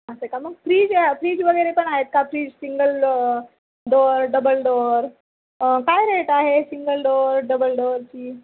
असं आहे का मग फ्रीज फ्रीज वगैरे पण आहेत का fridge single door double door काय रेट आहे सिंगल डोअर डबल डोअरची